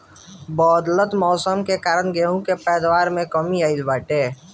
बदलत मौसम के कारण गेंहू के पैदावार में कमी आइल बाटे